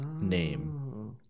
name